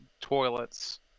toilets